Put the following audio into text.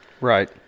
Right